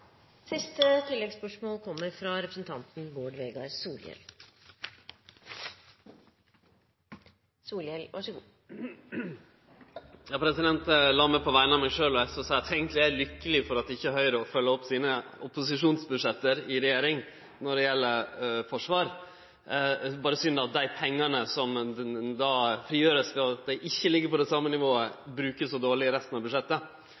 Vegar Solhjell – til oppfølgingsspørsmål. Lat meg på vegner av meg sjølv og SV seie at eg eigentleg er lykkeleg for at Høgre ikkje følgjer opp sine opposisjonsbudsjett i regjering når det gjeld Forsvaret. Det er berre synd at dei pengane som då vert frigjorde ved at dei ikkje ligg på det same nivået, vert brukte så dårleg i resten av budsjettet.